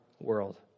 world